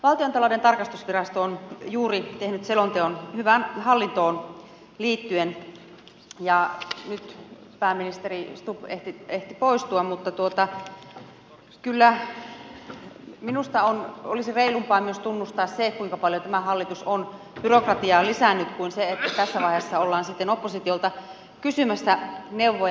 valtiontalouden tarkastusvirasto on juuri tehnyt selonteon hyvään hallintoon liittyen ja nyt pääministeri stubb ehti poistua mutta kyllä minusta olisi reilumpaa tunnustaa se kuinka paljon tämä hallitus on byrokratiaa lisännyt kuin olla tässä vaiheessa sitten oppositiolta kysymässä neuvoja